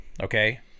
Okay